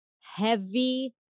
heavy